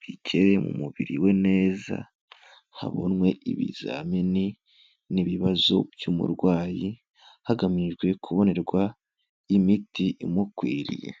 bigere mu mubiri we neza, habonwe ibizamini n'ibibazo by'umurwayi, hagamijwe kubonerwa imiti imukwiriye.